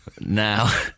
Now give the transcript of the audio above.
Now